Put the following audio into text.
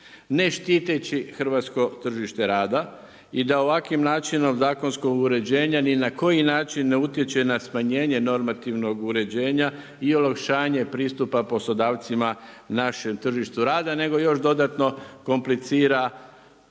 ne štiteći hrvatsko tržište rada i da ovakvim načinom zakonskog uređenja ni na koji način ne utječe na smanjenje normativnog uređenja i olakšanje pristupa poslodavcima našem tržištu rada, nego još dodatno komplicira